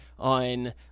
on